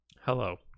Hello